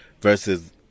versus